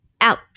out